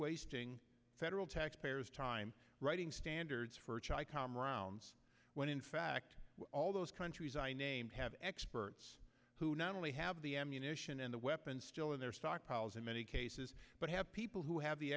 wasting federal taxpayers time writing standards for comm rounds when in fact all those countries i named have experts who not only have the ammunition and the weapons still in their stockpiles in many cases but have people who have the